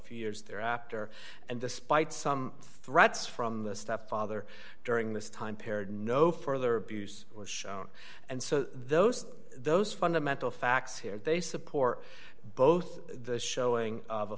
few years thereafter and despite some threats from the stepfather during this time period no further abuse was shown and so those those fundamental facts here they support both the showing of a